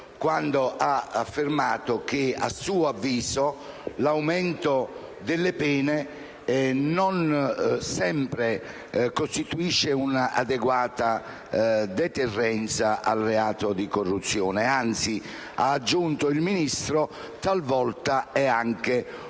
quando ha affermato che a suo avviso l'aumento delle pene non sempre costituisce un'adeguata deterrenza al reato di corruzione e che anzi talvolta è anche inutile,